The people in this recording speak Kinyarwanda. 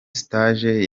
stage